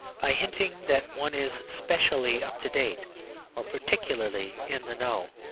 by hinting that one is specially up to date or particularly in the know.